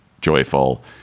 joyful